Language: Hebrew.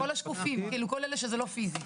כל השקופים, כל אלה שזה לא פיזי.